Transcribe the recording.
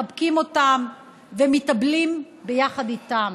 מחבקים אותם ומתאבלים ביחד איתם,